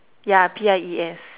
yeah P_I_E_S